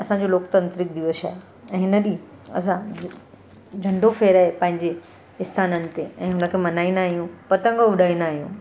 असांजो लोकतांत्रिक देश आहे ऐं हुन ॾींहुं असां झंडो फहिराए पंहिंजे इस्थाननि ते ऐं हिनखे मल्हाईंदा आहियूं पतंग उॾाईंदा आहियूं